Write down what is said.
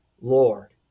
Lord